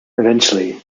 eventually